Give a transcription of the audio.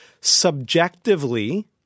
Subjectively